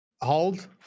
Hold